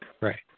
Right